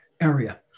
area